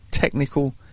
technical